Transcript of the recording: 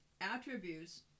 attributes